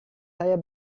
saya